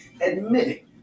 admitting